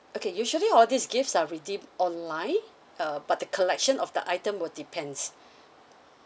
okay usually all these gifts are redeemed online uh but the collection of the item will depends